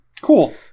Cool